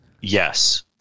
yes